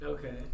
Okay